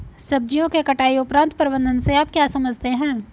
सब्जियों के कटाई उपरांत प्रबंधन से आप क्या समझते हैं?